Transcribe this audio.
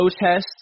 protests